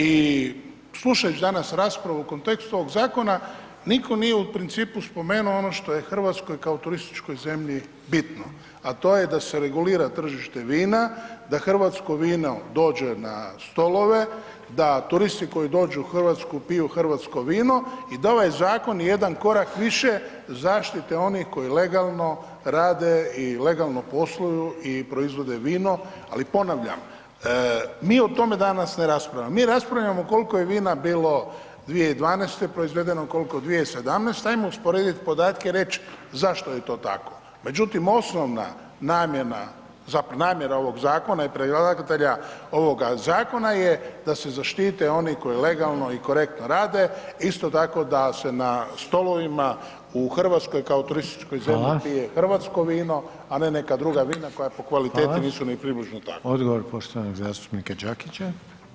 I slušajući danas raspravu u kontekstu ovog zakona nitko nije u principu spomenuo ono što je Hrvatskoj kao turističkoj zemlji bitno a to je da se regulira tržište vina, da hrvatsko vino dođe na stolove, da turisti koji dođu u Hrvatsku piju hrvatsko vino i da ovaj zakon je jedan korak više zaštite onih koji legalno rade i legalno posluju i proizvode vino, ali ponavljam mi o tome danas ne raspravljamo, mi raspravljamo koliko je vina bilo 2012. proizvedeno, koliko 2017.-te, 'ajmo usporedit podatke i reći zašto je to tako, međutim osnovna namjena, namjera ovog Zakona je, predlagatelja ovoga Zakona je da se zaštite oni koji legalno i korektno rade, isto tako da se na stolovima u Hrvatskoj kao turističkoj zemlji pije hrvatsko vino, a ne neka druga vina koja po kvaliteti nisu ni približno takva.